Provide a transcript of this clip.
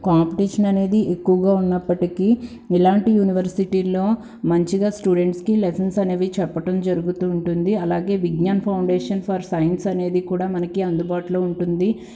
competition అనేది ఎక్కువగా ఉన్నప్పటికీ ఇలాంటి యూనివర్సిటీల్లో మంచిగా స్టూడెంట్స్కి లెసన్స్ అనేవి చెప్పటం జరుగుతూ ఉంటుంది అలాగే విజ్ఞాన్ ఫౌండేషన్ ఫర్ సైన్స్ అనేది కూడా మనకి అందుబాటులో ఉంటుంది